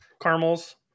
Caramels